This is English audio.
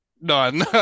none